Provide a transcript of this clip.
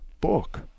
book